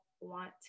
want